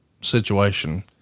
situation